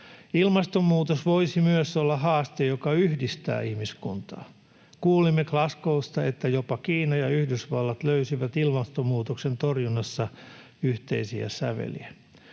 Ilmastonmuutos voisi myös olla haaste, joka yhdistää ihmiskuntaa. Kuulimme Glasgow’sta, että jopa Kiina ja Yhdysvallat löysivät ilmastonmuutoksen torjunnassa yhteisiä säveliä.